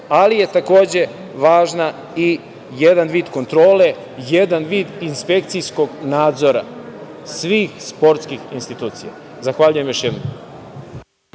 ali je takođe važan i jedan vid kontrole, jedan vid inspekcijskog nadzora svih sportskih institucija. Zahvaljujem, još jednom.